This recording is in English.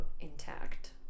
intact